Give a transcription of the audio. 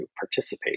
participate